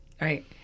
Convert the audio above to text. Right